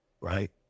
Right